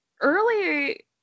early